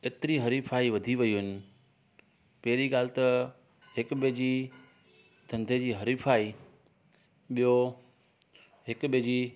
एतिरी हरीफाई वधी वियूं आहिनि पहिरीं ॻाल्हि त हिकु ॿिए जी धंधे जी हरीफाई ॿियो हिकु ॿिए जी